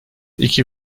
iki